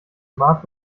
mark